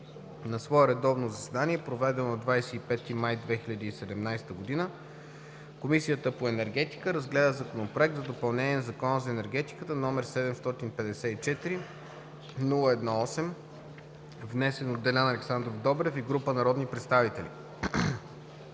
На свое редовно заседание, проведено на 25 май 2017 г. Комисията по енергетика разгледа Законопроект за допълнение на Закона за енергетиката, № 754-01-8, внесен от Делян Александров Добрев и група народни представители.